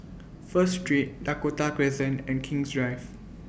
First Street Dakota Crescent and King's Drive